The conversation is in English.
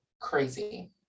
crazy